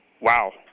wow